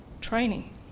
training